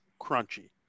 crunchy